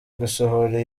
gusohora